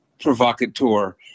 provocateur